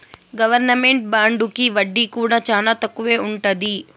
government బాండుకి వడ్డీ కూడా చానా తక్కువే ఉంటది